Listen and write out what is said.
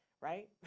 right